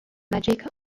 magic